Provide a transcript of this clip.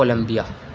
Columbia